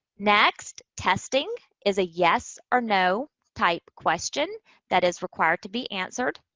next, testing is a yes or no type question that is required to be answered.